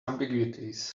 ambiguities